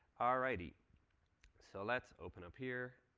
ah righty. so let's open up here.